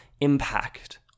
impact